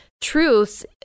truths